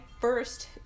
first